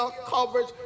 coverage